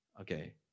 Okay